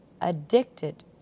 addicted